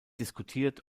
diskutiert